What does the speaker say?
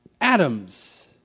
atoms